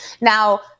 Now